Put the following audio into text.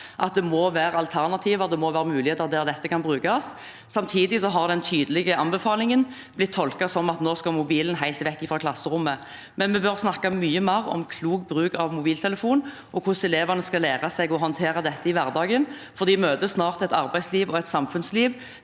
at det må være alternativer, det må være muligheter der dette kan brukes. Samtidig har den tydelige anbefalingen blitt tolket som at mobilen nå skal helt bort fra klasserommet. Vi bør snakke mye mer om klok bruk av mobiltelefon, og hvordan elevene skal lære seg å håndtere det i hverdagen, for de møter snart et arbeidsliv og samfunnsliv